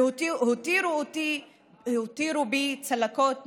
הותירו בי צלקות נפשיות".